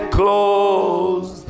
close